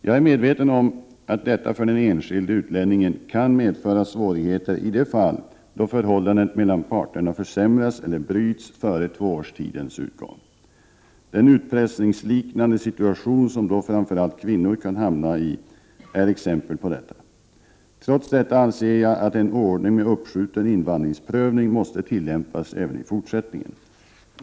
Jag är medveten om att detta för den enskilde utlänningen kan medföra svårigheter i de fall, då förhållandet mellan parterna försämras eller bryts före tvåårstidens utgång. Den utpressningsliknande situation som då framför allt kvinnor kan hamna i är exempel på detta. Trots detta anser jag att en ordning med uppskjuten invandringsprövning måste tillämpas även i fortsättningen.